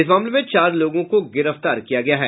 इस मामले में चार लोगों को गिरफ्तार किया गया है